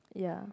ya